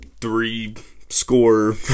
three-score